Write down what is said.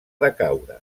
decaure